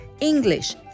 English